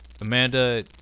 Amanda